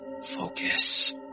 Focus